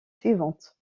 suivantes